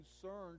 concerned